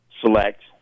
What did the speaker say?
select